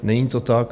Není to tak.